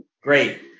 Great